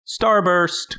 Starburst